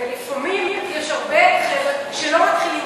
ולפעמים יש הרבה חבר'ה שלא מתחילים